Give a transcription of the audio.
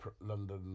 London